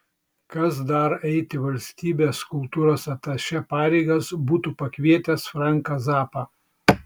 kas dar eiti valstybės kultūros atašė pareigas būtų pakvietęs franką zappą